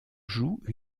joue